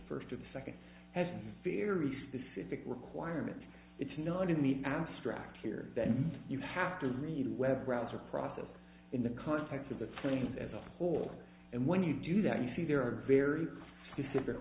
first or the second has fear east pacific requirement it's not in the abstract here then you have to read a web browser process in the context of the flames as a whole and when you do that you see there are very specific